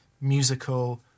musical